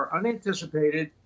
unanticipated